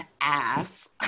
ass